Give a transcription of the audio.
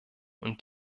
und